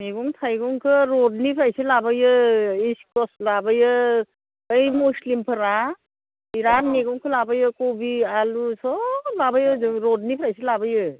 मैगं थाइगंखौ रडनिफ्रायसो लाबोयो इस्कवास लाबोयो बै मुस्लिमफोरा बिराथ मैगंखौ लाबोयो कबि आलु सब लाबोयो ओजों रडनिफ्रायसो लाबोयो